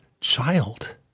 child